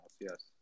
Yes